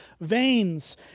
veins